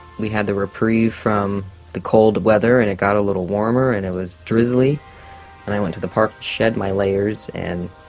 we had a reprieve from the cold weather and it got a little warmer and it was drizzly and i went to the park, shed my layers and